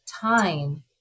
time